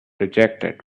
rejected